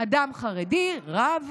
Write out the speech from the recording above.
אדם חרדי, רב,